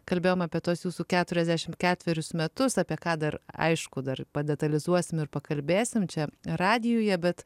kalbėjom apie tuos jūsų keturiasdešim ketverius metus apie ką dar aišku dar detalizuosim ir pakalbėsim čia radijuje bet